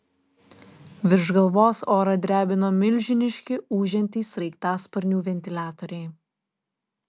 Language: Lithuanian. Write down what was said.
virš galvos orą drebino milžiniški ūžiantys sraigtasparnių ventiliatoriai